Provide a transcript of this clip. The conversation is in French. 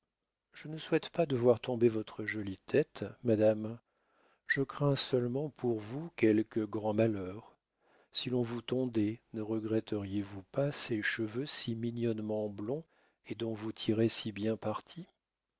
je ne souhaite pas de voir tomber votre jolie tête madame je crains seulement pour vous quelque grand malheur si l'on vous tondait ne regretteriez vous pas ces cheveux si mignonnement blonds et dont vous tirez si bien parti